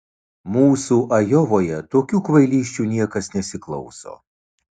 mūsų ajovoje tokių kvailysčių niekas nesiklauso